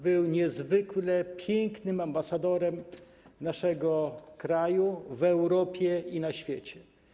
Był niezwykle pięknym ambasadorem naszego kraju w Europie i na świecie.